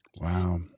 Wow